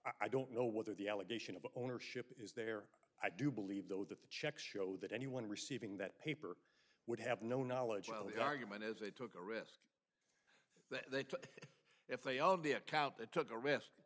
i don't know whether the allegation of ownership is there i do believe though that the checks show that anyone receiving that paper would have no knowledge of the argument as they took a risk that they took if they owned the account that took the risk